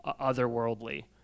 otherworldly